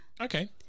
Okay